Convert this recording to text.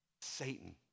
Satan